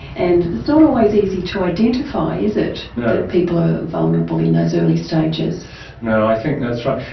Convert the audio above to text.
and it's not always easy to identify, is it, that people are vulnerable, in those early stages. you know i think that's right.